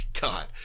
God